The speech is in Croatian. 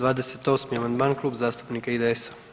28 amandman Klub zastupnika IDS-a.